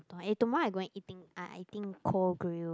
eh tomorrow I going eating ah I eating Koh-grill